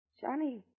Johnny